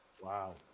Wow